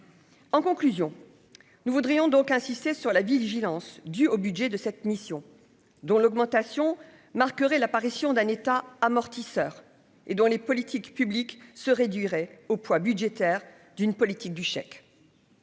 En conclusion, nous voudrions donc insister sur la vigilance du au budget de cette mission, dont l'augmentation marquerait l'apparition d'un État amortisseurs et dont les politiques publiques se réduiraient au poids budgétaire d'une politique du chèque.